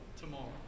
tomorrow